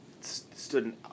stood